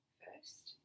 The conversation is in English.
first